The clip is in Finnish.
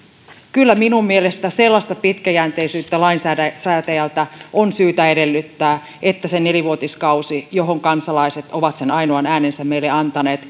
kyllä minun mielestäni sellaista pitkäjänteisyyttä lainsäätäjältä on syytä edellyttää että sen nelivuotiskauden ajan jolle kansalaiset ovat sen ainoan äänensä meille antaneet